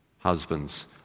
Husbands